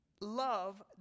Love